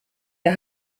der